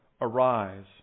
Arise